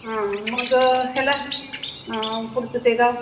हा मग ह्याला पुढचं ते गाव